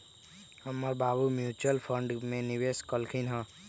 हमर बाबू mutual fund में निवेश कलखिंन्ह ह